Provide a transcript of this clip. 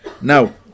Now